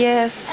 Yes